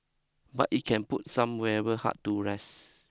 but it can put some weary heart to rest